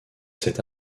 cette